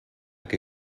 què